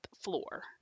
floor